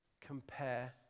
compare